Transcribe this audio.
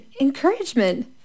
encouragement